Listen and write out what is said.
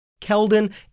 Keldon